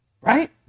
Right